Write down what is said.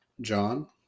John